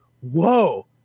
whoa